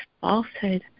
falsehood